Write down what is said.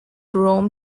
rome